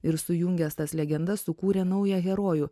ir sujungęs tas legendas sukūrė naują herojų